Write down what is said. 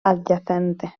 adyacentes